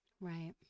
Right